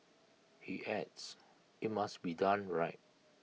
he adds IT must be done right